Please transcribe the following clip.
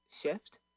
shift